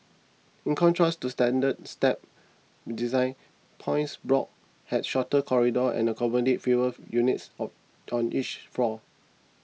in contrast to standard stab design points blocks had shorter corridors and accommodated fewer units of on each floor